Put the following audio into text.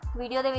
video